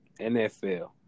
NFL